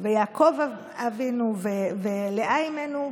יעקב אבינו ולאה אימנו,